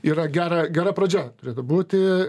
yra gera gera pradžia turėtų būti